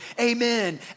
amen